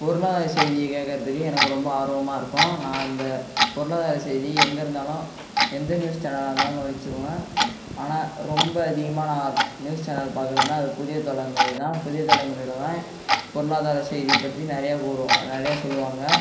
பொருளாதார செய்தியை கேட்குறதுக்கு எனக்கு ரொம்ப ஆர்வமாக இருக்கும் நான் இந்த பொருளாதார செய்தி எங்கே இருந்தாலும் எந்த நியூஸ் சேனலாக இருந்தாலும் நான் வச்சுடுவேன் ஆனால் ரொம்ப அதிகமாக நான் நியூஸ் சேனல் பார்க்குறதுனா அது புதிய தலைமுறைதான் புதிய தலைமுறையில் தான் பொருளாதார செய்தி பற்றி நிறைய ஓடும் நிறைய சொல்லுவாங்க